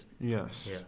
Yes